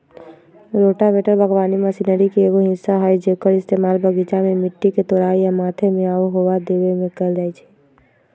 rotavator बगवानी machinery के एगो हिस्सा हई जेक्कर इस्तेमाल बगीचा में मिट्टी के तोराई आ मथे में आउ हेंगा देबे में कएल जाई छई